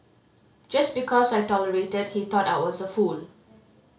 just because I tolerated he thought I was a fool